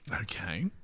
Okay